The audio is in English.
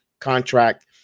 contract